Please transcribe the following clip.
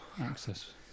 access